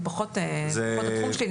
זה פחות התחום שלי.